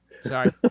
Sorry